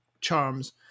charms